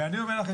ואני אומר לכם,